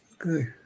Okay